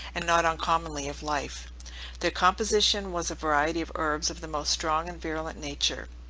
and not uncommonly of life their composition was a variety of herbs of the most strong and virulent nature,